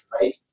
right